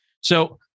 So-